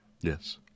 Yes